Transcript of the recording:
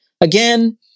Again